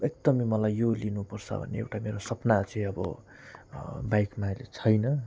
एकदमै मलाई यो लिनुपर्छ भन्ने एउटा मेरो सपना चाहिँ अब बाइकमा अहिले छैन